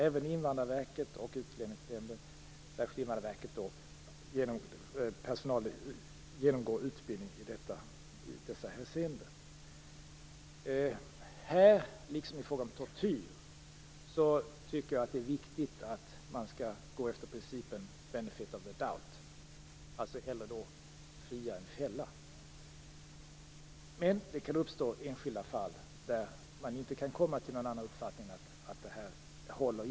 Även på Invandrarverket och på Utlänningsnämnden, särskilt Invandrarverket, genomgår personalen utbildning i dessa hänseenden. Här, liksom i fråga om tortyr, tycker jag att det är viktigt att man skall gå efter principen benefit of the doubt, dvs. man skall hellre fria än fälla. Det kan uppstå enskilda fall där man inte kan komma till någon annan uppfattning än att det här inte håller.